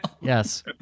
Yes